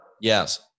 Yes